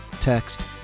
text